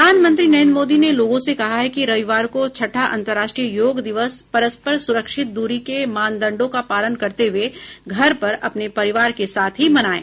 प्रधानमंत्री नरेन्द्र मोदी ने लोगों से कहा है कि रविवार को छठा अंतरराष्ट्रीय योग दिवस पररस्पर सुरक्षित दूरी के मानदंडों का पालन करते हुए घर पर अपने परिवार के साथ ही मनाएं